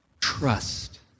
Trust